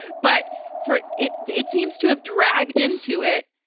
but for it, it seems to have dragged into it,